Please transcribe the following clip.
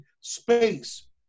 space